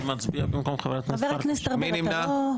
מי נמנע?